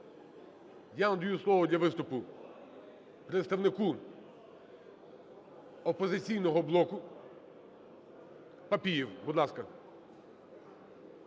Я надаю слово для виступу представнику "Опозиційного блоку".Папієв, будь ласка.